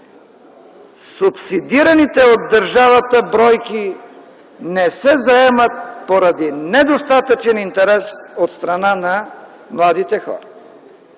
субсидираните от държавата бройки не се заемат поради недостатъчен интерес от страна на младите хора.